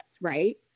right